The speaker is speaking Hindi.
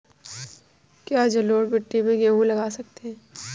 क्या जलोढ़ मिट्टी में गेहूँ लगा सकते हैं?